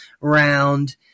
round